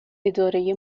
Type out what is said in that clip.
اداره